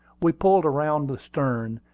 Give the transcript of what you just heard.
we pulled around the stern,